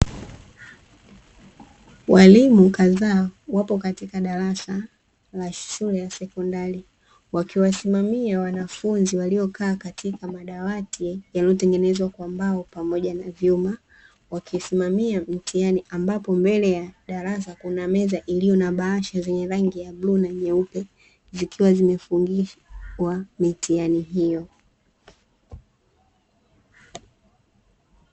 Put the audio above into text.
Walimu kadhaa wapi katika darasa la shule ya sekondari, wakiwasimamia wanafanya waliokaa katika madawati yaliyotengenezwa kwa mbao pamoja na vyuma, wakisimamia mitihani ambapo mbele ya darasa kuna meza iliyo na bahasha zenye rangi ya bluu na nyeupe zikiwa zimefungiwa mitihani hiyo.